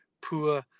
poor